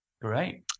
Great